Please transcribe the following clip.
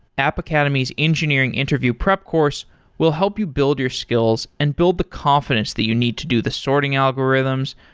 app academy's engineering interview prep course will help you build your skills and build the confidence that you need to do the sorting algorithms,